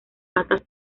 patas